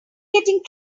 getting